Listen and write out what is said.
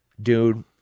Dude